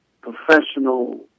professional